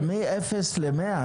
אבל מ-0 ל-100?